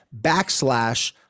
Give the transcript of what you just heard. backslash